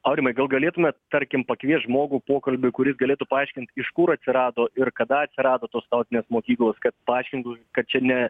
aurimai gal galėtumėt tarkim pakviest žmogų pokalbiui kuris galėtų paaiškint iš kur atsirado ir kada atsirado tos tautinės mokyklos kad paaiškintų kad čia ne